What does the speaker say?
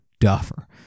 duffer